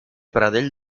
pradell